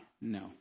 No